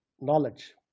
knowledge